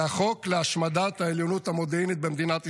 זה החוק להשמדת העליונות המודיעינית במדינת ישראל,